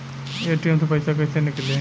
ATM से पैसा कैसे नीकली?